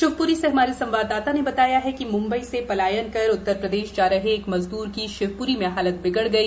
शिवपुरी से हमारे संवाददाता ने बताया है कि मुंबई से पलायन कर उत्तरप्रदेश जा रहे एक मजद्र की शिवप्री में हालत बिगड़ गई